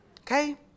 Okay